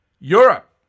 Europe